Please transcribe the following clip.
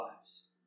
lives